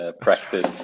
practice